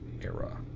era